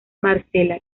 marcela